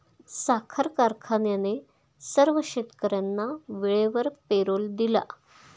साखर कारखान्याने सर्व शेतकर्यांना वेळेवर पेरोल दिला